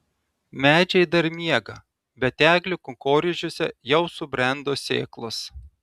medžiai dar miega bet eglių kankorėžiuose jau subrendo sėklos